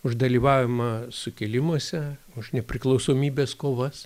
už dalyvavimą sukilimuose už nepriklausomybės kovas